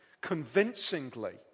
convincingly